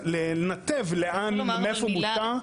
לנתב לאן, מאיפה מותר ומאיפה אסור.